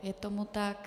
Je tomu tak.